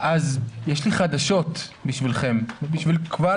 אז יש לי חדשות בשבילכם ואני אומר אותן קבל